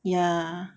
ya